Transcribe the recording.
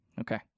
Okay